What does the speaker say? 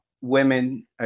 women